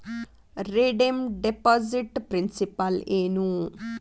redeem deposit principal ಏನು